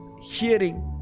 hearing